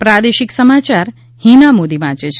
પ્રાદેશિક સમાયાર હિના મોદી વાંચે છે